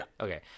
Okay